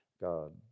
God